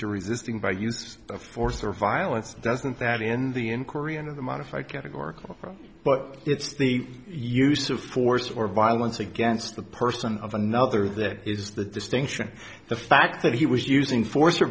to resisting by use of force or violence doesn't that in the inquiry into the modify categorical but it's the use of force or violence against the person of another that is the distinction the fact that he was using force or